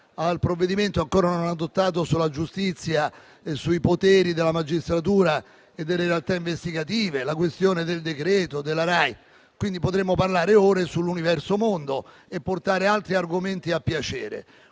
al provvedimento ancora non adottato sulla giustizia e sui poteri della magistratura e delle realtà investigative, al decreto sulla RAI, quindi potremmo parlare per ore sull'universo mondo e portare altri argomenti a piacere.